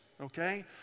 okay